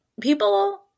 people